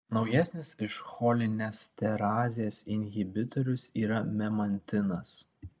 naujesnis už cholinesterazės inhibitorius yra memantinas